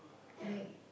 right